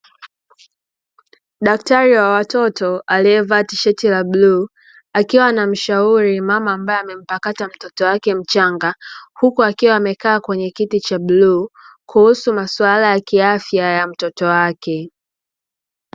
Daktari wa watoto aliyevaa tisheti la bluu, akiwa anamshauri mama ambaye amempakata mtoto wake mchanga, huku akiwa amekaa kwenye kiti cha bluu kuhusu masuala ya kiafya ya mtoto wake.